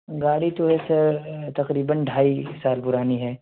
گاڑی تو ہے سر تقریباً ڈھائی سال پرانی ہے